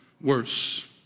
worse